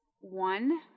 one